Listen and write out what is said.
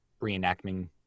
reenacting